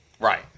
Right